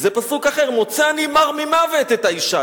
וזה פסוק אחר: "מוצא אני מר ממוות את האשה".